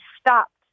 stopped